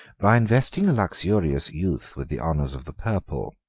by investing a luxurious youth with the honors of the purple,